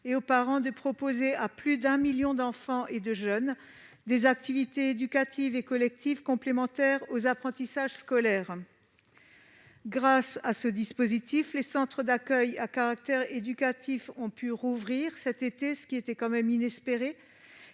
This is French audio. de mineurs de proposer à plus d'un million d'enfants et de jeunes des activités éducatives et collectives complémentaires aux apprentissages scolaires. Grâce à ce dispositif, les centres d'accueil à caractère éducatif ont pu rouvrir cet été, ce qui était inespéré